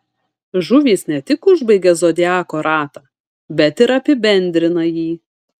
žuvys ne tik užbaigia zodiako ratą bet ir apibendrina jį